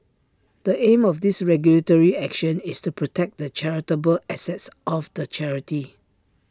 the aim of this regulatory action is to protect the charitable assets of the charity